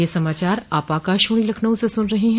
ब्रे क यह समाचार आप आकाशवाणी लखनऊ से सुन रहे हैं